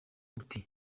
uti